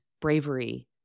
bravery